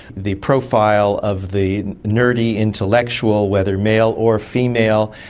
the profile of the nerdy intellectual, whether male or female,